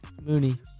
Mooney